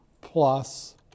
plus